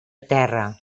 terra